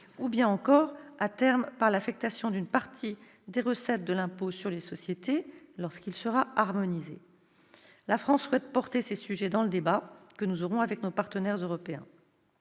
ou bien encore, à terme, par l'affectation d'une partie des recettes de l'impôt sur les sociétés, lorsque ce dernier sera harmonisé. La France souhaite que ces sujets figurent dans le débat que nous aurons avec nos partenaires européens.